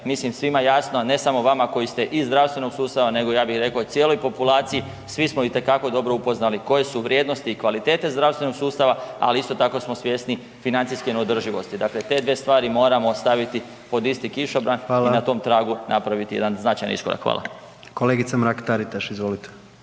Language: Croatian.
mislim svima jasno, ne samo vama koji ste iz zdravstvenog sustava nego ja bih rekao i cijeloj populaciji, svi smo itekako dobro upoznali koje su vrijednosti i kvalitete zdravstvenog sustava, ali isto tako smo svjesni financijske neodrživosti. Dakle te dvije stvari moramo staviti pod isti kišobran i na tom tragu napraviti jedan značajan iskorak. Hvala. **Jandroković, Gordan